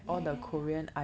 ya ya ya